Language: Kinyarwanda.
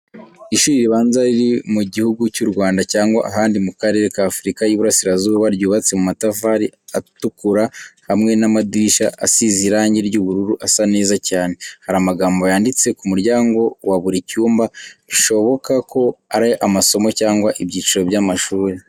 Ishuri ribanza riri mu gihugu cy’u Rwanda cyangwa ahandi mu karere ka Afurika y’Iburasirazuba, ryubatse mu matafari atukura hamwe n'amadirishya asize irange ry'ubururu asa neza cyane. Hari amagambo yanditse ku muryango wa buri cyumba, bishoboka ko ari amasomo cyangwa ibyiciro by’amashuri.